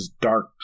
dark